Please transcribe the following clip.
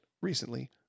recently